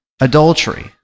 adultery